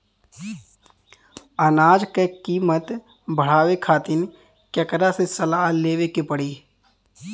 अनाज क कीमत बढ़ावे खातिर केकरा से सलाह लेवे के पड़ी?